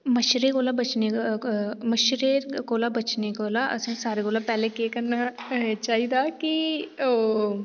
मच्छरें कोला बचने मच्छरे कोला बचने कोला असें सारें कोला पैह्लें करना चाहिदा कि ओह्